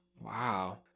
Wow